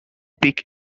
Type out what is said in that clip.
peak